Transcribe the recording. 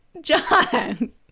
John